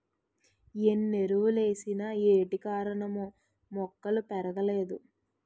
ఎన్నెరువులేసిన ఏటికారణమో మొక్కలు పెరగలేదు